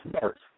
first